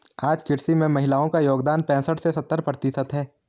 आज कृषि में महिलाओ का योगदान पैसठ से सत्तर प्रतिशत है